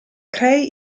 cray